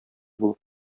булып